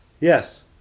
Yes